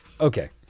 Okay